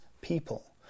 people